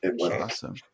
Awesome